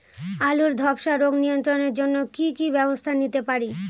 আলুর ধ্বসা রোগ নিয়ন্ত্রণের জন্য কি কি ব্যবস্থা নিতে পারি?